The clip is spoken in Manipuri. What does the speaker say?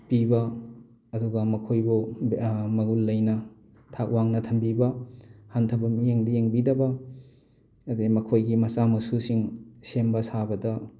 ꯄꯤꯕ ꯑꯗꯨꯒ ꯃꯈꯣꯏꯕꯨ ꯃꯒꯨꯟ ꯂꯩꯅ ꯊꯥꯛ ꯋꯥꯡꯅ ꯊꯝꯕꯤꯕ ꯍꯟꯊꯕ ꯃꯤꯠꯌꯦꯡꯗ ꯌꯦꯡꯕꯤꯗꯕ ꯑꯗꯒꯤ ꯃꯈꯣꯏꯒꯤ ꯃꯆꯥ ꯃꯁꯨꯁꯤꯡ ꯁꯦꯝꯕ ꯁꯥꯕꯗ